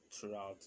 throughout